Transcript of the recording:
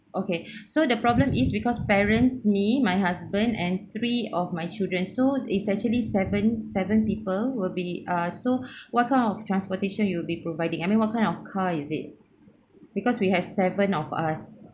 okay so the problem is because parents me my husband and three of my children so it's actually seven seven people will be ah so what of transportation you'll be providing I mean what kind of car is it because we have seven of us